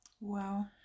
Wow